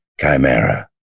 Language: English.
Chimera